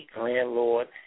Landlord